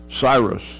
Cyrus